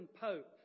Pope